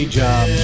job